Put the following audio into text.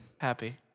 Happy